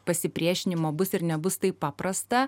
pasipriešinimo bus ir nebus taip paprasta